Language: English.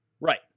right